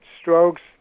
strokes